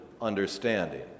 understanding